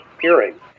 hearing